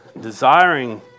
desiring